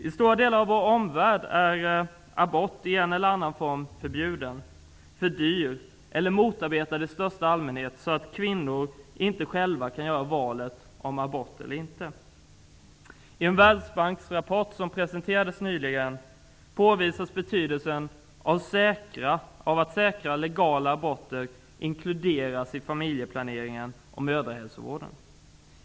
I stora delar av vår omvärld är abort i en eller annan form förbjuden, för dyr eller motarbetad i största allmänhet, så att kvinnor inte själva kan välja huruvida de vill göra abort eller inte. I en Världsbanksrapport som presenterades nyligen påvisas betydelsen av att inkludera säkra, legala aborter i familjeplaneringen och mödrahälsovården.